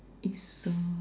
is uh